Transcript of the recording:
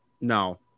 no